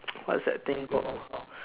what's that thing called